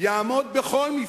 יעמוד בכל מבחן,